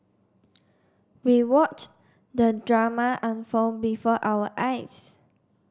we watched the drama unfold before our eyes